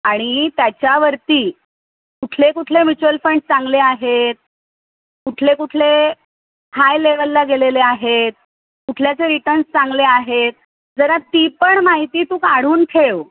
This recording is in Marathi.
आणि त्याच्यावरती कुठले कुठले म्युच्युअल फंड्स चांगले आहेत कुठले कुठले हाय लेवलला गेलेले आहेत कुठल्याचे रिटर्न्स चांगले आहेत जरा ती पण माहिती तू काढून ठेव